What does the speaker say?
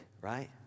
right